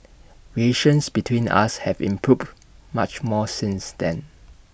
relations between us have improved much more since then